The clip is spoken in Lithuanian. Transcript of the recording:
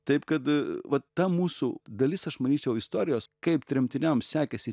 taip kad vat ta mūsų dalis aš manyčiau istorijos kaip tremtiniams sekėsi